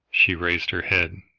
she raised her head,